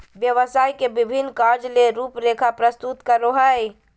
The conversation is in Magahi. व्यवसाय के विभिन्न कार्य ले रूपरेखा प्रस्तुत करो हइ